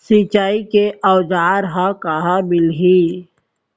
सिंचाई के औज़ार हा कहाँ मिलही?